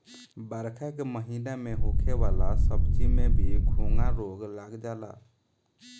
बरखा के महिना में होखे वाला सब्जी में भी घोघा रोग लाग जाला